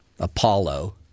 Apollo